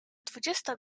dwudziesta